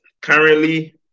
currently